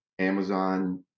Amazon